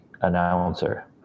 announcer